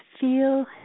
feel